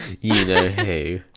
You-know-who